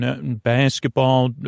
basketball